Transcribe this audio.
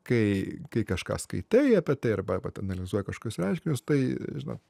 kai kai kažką skaitai apie tai arba vat analizuoji kažkokius reiškinius tai žinot